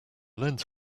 lens